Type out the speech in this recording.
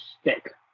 stick